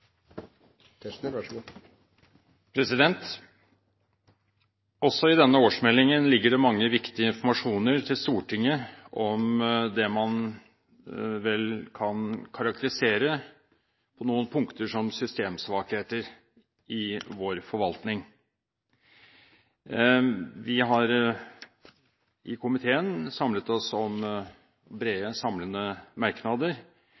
Også i denne årsmeldingen ligger det mye viktig informasjon til Stortinget om det man vel på noen punkter kan karakterisere som systemsvakheter i vår forvaltning. Vi har i komiteen samlet oss om brede, samlende merknader,